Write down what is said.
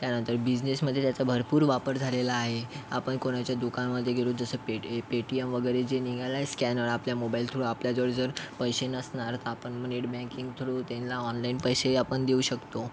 त्यानंतर बिजनेसमध्ये त्याचा भरपूर वापर झालेला आहे आपण कोणाच्या दुकानामध्ये गेलो जसं पेट पेटीएम वगैरे जे निघालं आहे स्कॅनर आपल्या मोबाईल थ्रू आपल्याजवळ जर पैसे नसणार तर आपण मग नेट बँकिंग थ्रू त्यांना ऑनलाईन पैसे आपण देऊ शकतो